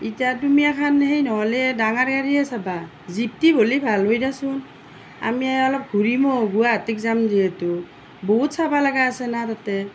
এতিয়া তুমি এখন সেই নহ'লে ডাঙৰ গাড়ীয়ে চাবা জীপ টীপ হ'লে ভাল হয় দিয়াচোন আমি অলপ ঘূৰিমো গুৱাহাটীত যাম যিহেতু বহুত চাব লগা আছে ন তাতে